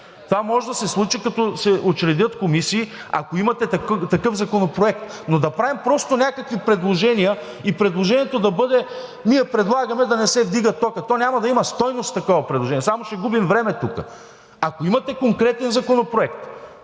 Това може да се случи, като се учредят комисии, ако имате такъв законопроект. Но да правим просто някакви предложения и предложението да бъде: ние предлагаме да не се вдига тока, то няма да има стойност такова предложение. Само ще губим време тук. Ако имате конкретен законопроект,